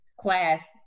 class